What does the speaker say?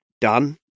done